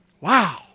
Wow